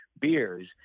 beers